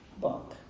book